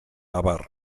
abar